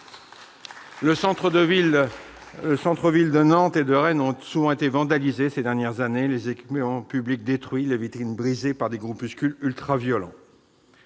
Les centres-villes de Nantes et de Rennes ont souvent été vandalisés ces dernières années, les équipements publics détruits, les vitrines brisées par des groupuscules ultraviolents.